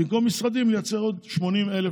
במקום משרדים ליצור עוד 80,000,